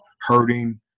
hurting